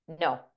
No